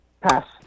Pass